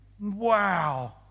wow